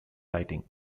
lighting